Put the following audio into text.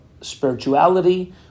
spirituality